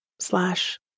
Slash